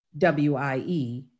WIE